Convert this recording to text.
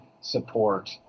support